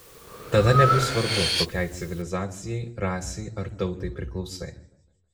tada nebus svarbu kokiai civilizacijai rasei ar tautai priklausai